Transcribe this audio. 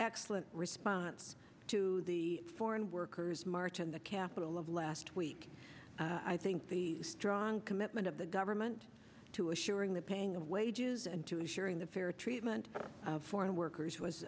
excellent response to the foreign workers march in the capital of last week i think the strong commitment of the government to assuring the paying the wages and to ensuring the fair treatment of foreign workers was